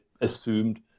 assumed